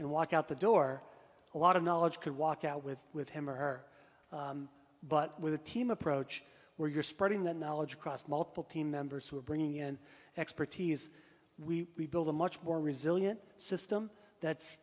and walk out the door a lot of knowledge could walk out with with him or her but with a team approach where you're spreading that knowledge across multiple team members who are bringing in expertise we build a much more resilient system that's